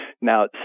Now